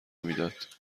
میداد